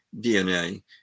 dna